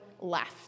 left